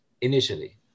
Initially